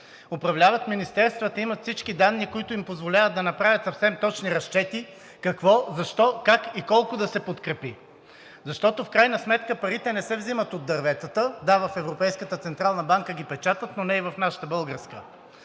управляват министерствата, имат всички данни, които им позволяват да направят съвсем точни разчети какво, защо, как и колко да се подкрепи, защото в крайна сметка парите не се взимат от дърветата. Да, в Европейската централна банка ги печатат, но не и в нашата българска.